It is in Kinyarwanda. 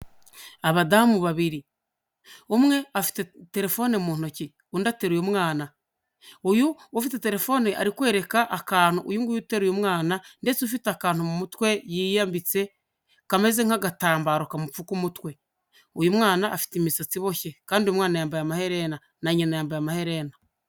Abadamu babiri, umwe afite telefone mu ntoki, undi ateruye mwana. Uyu ufite telefone ari kwereka akantu uyu nguyu uteruye umwana ndetse ufite akantu mu mutwe yiyambitse kameze nk'agatambaro kamupfuka umutwe. Uyu mwana afite imisatsi iboshye kandi uyu mwana yambaye amaherena na nyina yambaye amaherena.